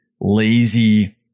lazy